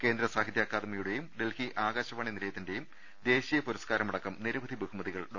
കേന്ദ്രസാഹിത്യ അക്കാദമി യുടേയും ഡൽഹി ആകാശവാണി നിലയിത്തിന്റേയും ദേശീയ പുര സ്കാരമടക്കം നിരവധി ബഹുമതികൾ ഡോ